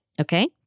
Okay